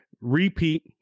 Repeat